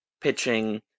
pitching